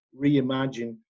reimagine